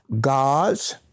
God's